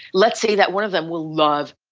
let's say that one of them will love,